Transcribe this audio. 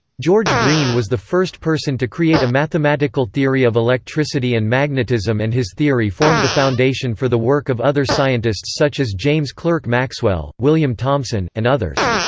george green was the first person to create a mathematical theory of electricity and magnetism and his theory formed the foundation for the work of other scientists such as james clerk maxwell, william thomson, and others.